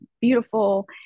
beautiful